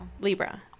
Libra